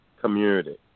community